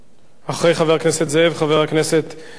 אחרי חבר הכנסת זאב, חבר הכנסת מוזס.